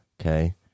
okay